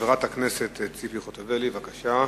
חברת הכנסת ציפי חוטובלי, בבקשה.